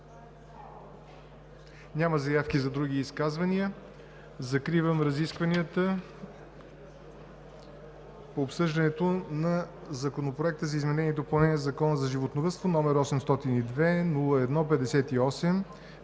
Няма заявки за други изказвания. Закривам разискванията по обсъждането на Законопроект за изменение и допълнение на Закона за животновъдството, № 802 01 58,